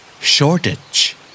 Shortage